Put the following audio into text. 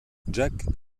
jak